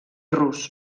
rus